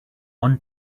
one